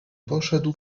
poszedł